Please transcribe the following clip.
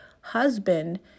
husband